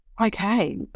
okay